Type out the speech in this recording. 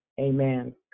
amen